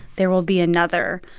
there will be another.